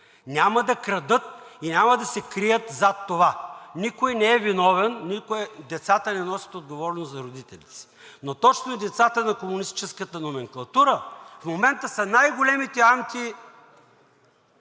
Няма да крадат и няма да се крият зад това. Никой не е виновен, децата не носят отговорност за родителите си, но точно децата на комунистическата номенклатура в момента са най-големите